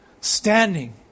Standing